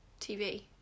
TV